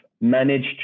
managed